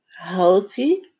healthy